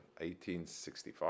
1865